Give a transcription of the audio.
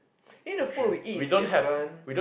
you know the food we eat is different